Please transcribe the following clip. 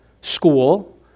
school